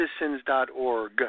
citizens.org